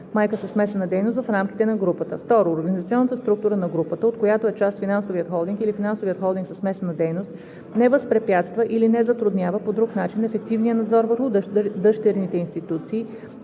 майка със смесена дейност в рамките на групата; 2. организационната структура на групата, от която е част финансовият холдинг или финансовият холдинг със смесена дейност, не възпрепятства или не затруднява по друг начин ефективния надзор върху дъщерните институции